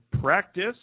practice